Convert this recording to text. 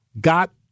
got